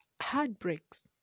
heartbreaks